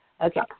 Okay